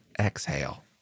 exhale